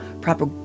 proper